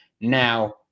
now